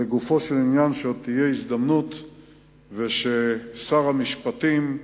לגופו של עניין, שעוד תהיה הזדמנות וששר המשפטים,